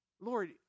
Lord